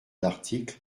l’article